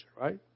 right